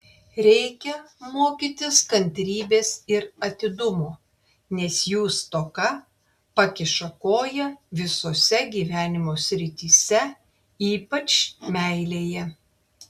reikia mokytis kantrybės ir atidumo nes jų stoka pakiša koją visose gyvenimo srityse ypač meilėje